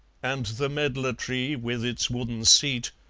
and the medlar tree, with its wooden seat,